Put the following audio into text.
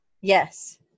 Yes